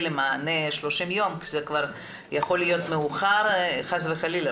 למענה במשך 30 יום זה כבר יכול להיות מאוחר חס וחלילה,